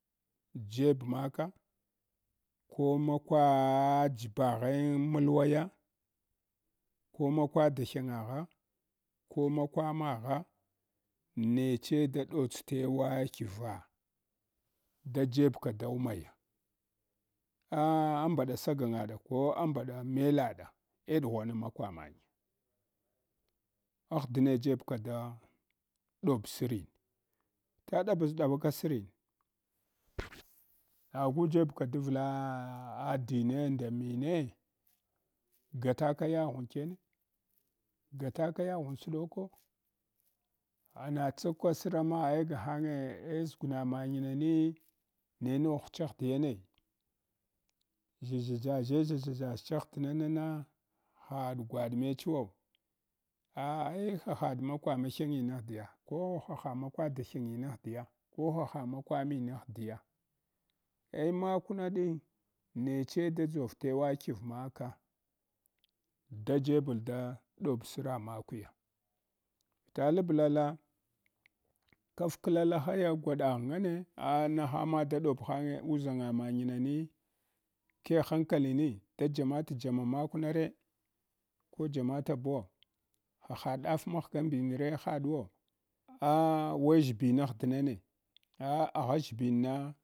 Jebmaka ko makwa jbaghe mulwaya, ko makwa dabyengagha, ko makwa magha neche da ɗuts tawadkiva da jebka da wuna ya ah ambada sagangaɗa ko ambaɗa melaɗa eh ɗugwama makwa manya ahdine jebka da ɗob sirine ta ɗbasɗabaka srine agu jebka davla adine nda mine gatak yaghuwenkyene gataka yaghuwen suɗoko ana tsuka sra ma egahame eh ʒuguna manyan ami ne nogh chghdiyone? Ʒsha ʒshazsha ʒshʒshacheh dinana haɗ gwadmech u wo ah ehahaɗ makwa mahyengin ahdiya koh hahd makwa dahyenyinahdiya. Ko haha makwaminahdiya makwana nece dadʒov tewadkiv maka jebl da ɗob tsra makwiya ta labla kafklalahaya gwadghgame nahan ma da dobhange uʒanga manyanan keh hankalimi da jamatyama makware ko jamatabwo? Haha ɗaf maghgambinre ah we ʒshbinan dinane? Aj agha ʒshbina.